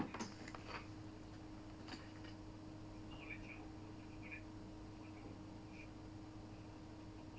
I think was after P_I_C repeat two thousand dollars good knowledge or good knowledge but then all of two hundred hour warship